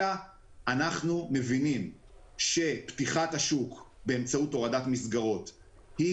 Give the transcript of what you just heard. אלא אנחנו מבינים שפתיחת השוק באמצעות הורדת מסגרות היא